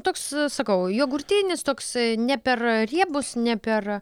toks sakau jogurtinis toks ne per riebus ne per